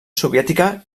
soviètica